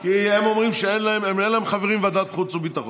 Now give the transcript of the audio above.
כי אין להם חברים בוועדת חוץ וביטחון.